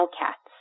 cats